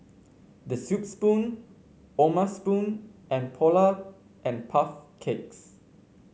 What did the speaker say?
The Soup Spoon O'ma Spoon and Polar and Puff Cakes